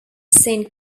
saint